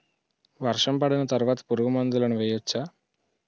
వర్షం పడిన తర్వాత పురుగు మందులను వేయచ్చా?